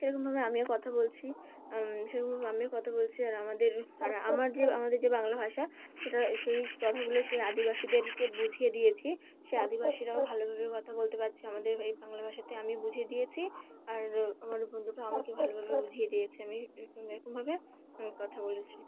সেরকমভাবে আমিও কথা বলছি সেরকমভাবে আমিও কথা বলছি আর আমাদের আর আমার যে আমাদের যে বাংলা ভাষা সেটা সেই কথাগুলো সেই আদিবাসীদেরকে বুঝিয়ে দিয়েছি সেই আদিবাসীরাও ভালোভাবে কথা বলতে পারছে আমাদের এই বাংলা ভাষাতে আমি বুঝিয়ে দিয়েছি আর আমাদের বন্ধুরা আমাকে ভালোভাবে বুঝিয়ে দিয়েছে আমি এরম এরকমভাবে কথা বলেছি